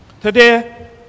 Today